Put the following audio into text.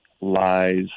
lies